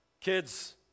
kids